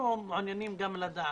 אנחנו מעוניינים גם לדעת: